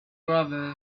gravel